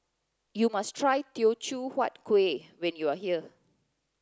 you must try Teochew Huat Kueh when you are here